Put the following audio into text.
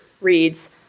reads